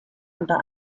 unter